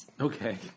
Okay